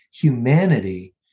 humanity